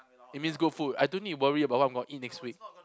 it means good food I don't need to worry about what I'm gonna eat next week